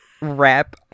wrap